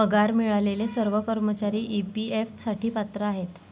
पगार मिळालेले सर्व कर्मचारी ई.पी.एफ साठी पात्र आहेत